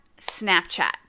Snapchat